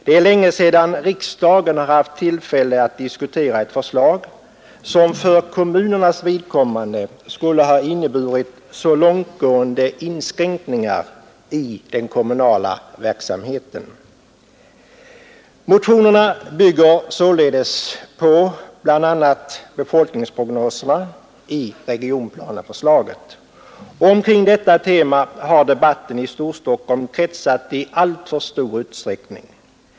Det är länge sedan riksdagen har haft tillfälle att diskutera ett förslag, som för kommunernas vidkommande skulle ha inneburit så långtgående inskränkningar i den kommunala beslutsprocessen. Motionerna bygger således på bl.a. befolkningsprognoserna i regionplaneförslaget, och omkring detta tema har debatten i Storstockholm kretsat i alltför stor utsträckning.